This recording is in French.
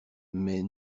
mais